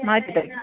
മാറ്റിത്തരും